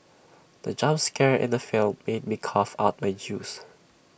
the jump scare in the film made me cough out my juice